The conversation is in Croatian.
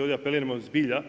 Ovdje apeliramo zbilja,